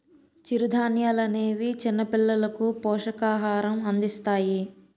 చిరుధాన్యాలనేవి చిన్నపిల్లలకు పోషకాహారం అందిస్తాయి